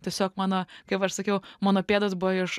tiesiog mano kaip aš sakiau mano pėdos buvo iš